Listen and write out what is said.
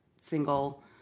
single